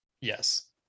Yes